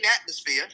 atmosphere